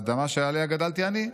על האדמה שעליה גדלתי אני.